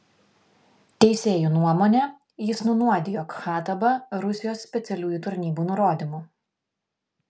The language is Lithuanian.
teisėjų nuomone jis nunuodijo khattabą rusijos specialiųjų tarnybų nurodymu